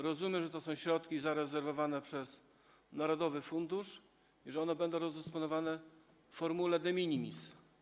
Rozumiem, że to są środki zarezerwowane przez narodowy fundusz i one będą rozdysponowane w formule de minimis.